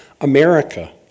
America